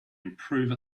improve